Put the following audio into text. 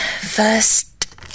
first